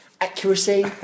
accuracy